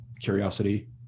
curiosity